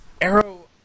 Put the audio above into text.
arrow